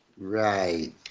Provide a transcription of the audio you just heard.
right